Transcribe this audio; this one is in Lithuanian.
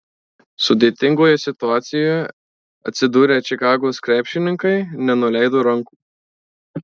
sudėtingoje situacijoje atsidūrę čikagos krepšininkai nenuleido rankų